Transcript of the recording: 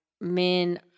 men